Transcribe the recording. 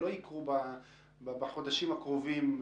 לא יקרו בחודשים הקרובים,